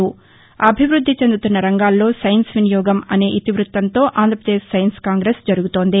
అభివృద్ది చెందుతున్న రంగాల్లో సైన్స్ వినియోగం అన్న ఇతివృత్తంతో ఆంధ్రపదేశ్ సైన్స్ కాంగ్రెస్ జరుగుతోంది